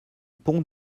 pont